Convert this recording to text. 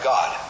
God